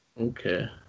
Okay